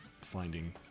finding